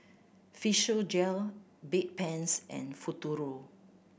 Physiogel Bedpans and Futuro